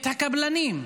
את הקבלנים.